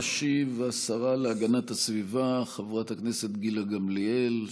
תשיב השרה להגנת הסביבה חברת הכנסת גילה גמליאל,